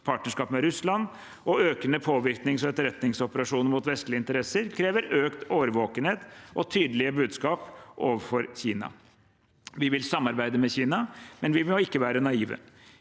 partnerskap med Russland og økende påvirknings- og etterretningsoperasjoner mot vestlige interesser krever økt årvåkenhet og tydelige budskap overfor Kina. Vi vil samarbeide med Kina, men vi må ikke være naive.